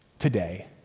Today